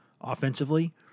offensively